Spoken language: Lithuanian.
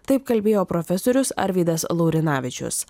taip kalbėjo profesorius arvydas laurinavičius